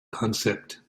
concept